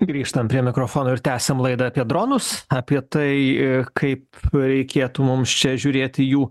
grįžtam prie mikrofono ir tęsiam laidą apie dronus apie tai kaip reikėtų mums čia žiūrėti jų